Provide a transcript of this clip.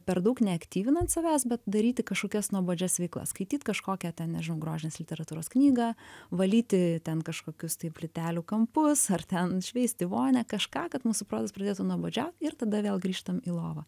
per daug neaktyvinant savęs bet daryti kažkokias nuobodžias veiklas skaityt kažkokią ten grožinės literatūros knygą valyti ten kažkokius tai plytelių kampus ar ten šveisti vonią kažką kad mūsų protas pradėtų nuobodžiaut ir tada vėl grįžtam į lovą